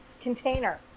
container